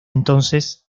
entonces